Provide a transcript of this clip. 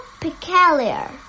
peculiar